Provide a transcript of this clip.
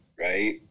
right